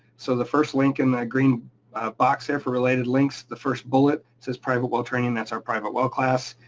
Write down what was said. so the first link in that green box there for related links, the first bullet says private well training, that's our private well class.